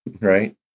right